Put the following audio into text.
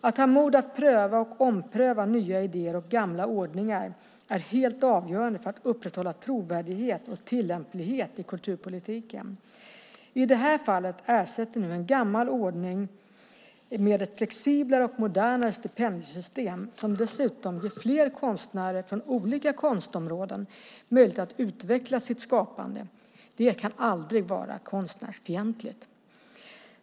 Att ha mod att pröva och ompröva nya idéer och gamla ordningar är helt avgörande för att upprätthålla trovärdighet och tillämplighet i kulturpolitiken. I det här fallet ersätts nu en gammal ordning med ett flexiblare och modernare stipendiesystem som dessutom ger fler konstnärer från olika konstområden möjlighet att utveckla sitt skapande. Det kan aldrig vara konstnärsfientligt.